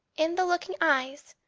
in the looking eyes,